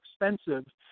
expensive